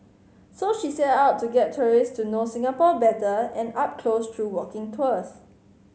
so she set out to get tourist to know Singapore better and up close through walking tours